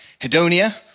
hedonia